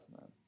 man